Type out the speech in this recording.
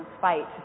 fight